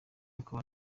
akaba